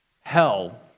hell